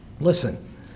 listen